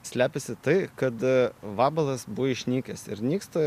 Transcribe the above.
slepiasi tai kad vabalas buvo išnykęs ir nyksta